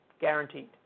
guaranteed